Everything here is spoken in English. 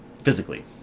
Physically